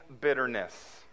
bitterness